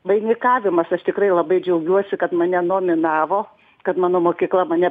vainikavimas aš tikrai labai džiaugiuosi kad mane nominavo kad mano mokykla mane